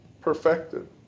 perfected